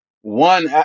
one